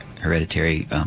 hereditary